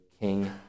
King